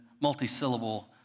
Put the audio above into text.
multi-syllable